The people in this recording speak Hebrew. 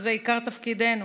שזה עיקר תפקידנו.